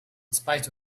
spite